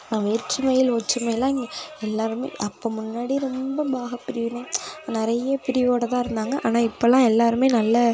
நாம் வேற்றுமையில் ஒற்றுமைல்லாம் இங்கே எல்லாரும் அப்போது முன்னாடி ரொம்ப பாகப்பிரிவினை நிறைய பிரிவோடு தான் இருந்தாங்க ஆனால் இப்போல்லாம் எல்லாரும் நல்லா